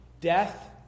Death